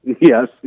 Yes